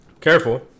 Careful